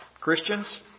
Christians